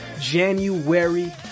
January